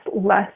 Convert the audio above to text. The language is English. less